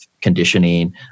conditioning